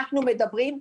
אנחנו מדברים,